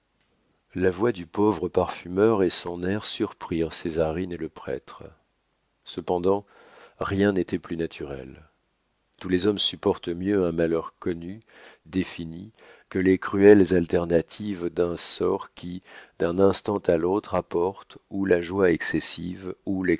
la voix du pauvre parfumeur et son air surprirent césarine et le prêtre cependant rien n'était plus naturel tous les hommes supportent mieux un malheur connu défini que les cruelles alternatives d'un sort qui d'un instant à l'autre apporte ou la joie excessive